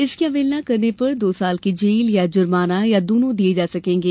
इसकी अवहेलना करने पर दो साल की जेल या जुर्माना या दोनों दिये जा सकेंगे